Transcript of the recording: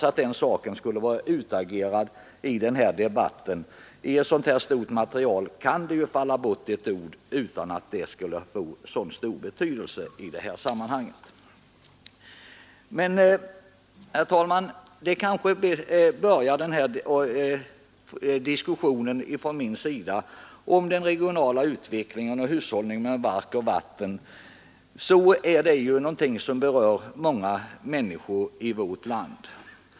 Den här saken borde vara utagerad nu. I ett så här stort material kan det bortfalla ett ord utan att det skall behöva få en så stor betydelse i sammanhanget. Herr talman! De frågor som vi diskuterar i dag, regional utveckling och hushållning med mark och vatten, berör många människor i vårt land.